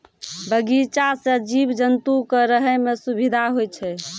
बगीचा सें जीव जंतु क रहै म सुबिधा होय छै